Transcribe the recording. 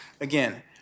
again